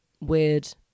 weird